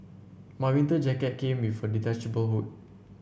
my winter jacket came with a detachable hood